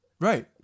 Right